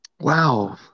wow